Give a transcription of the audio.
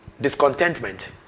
Discontentment